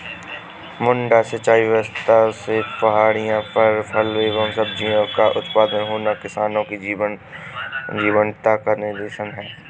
मड्डा सिंचाई व्यवस्था से पहाड़ियों पर फल एवं सब्जियों का उत्पादन होना किसानों की जीवटता का निदर्शन है